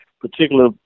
particular